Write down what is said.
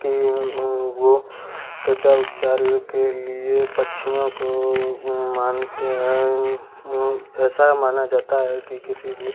कि ये त्वचा उपचार के लिए पक्षियों को मानते हैं ऐसा माना जाता है कि किसी भी